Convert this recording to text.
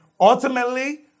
ultimately